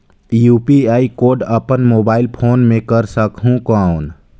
UPI code अपन mobile phone मे कर सकहुं कौन?